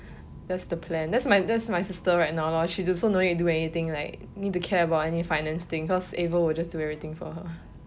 that's the plan that is my that's my sister right now lor she also no need to do anything like need to care about any finance thing because abel will just do anything for her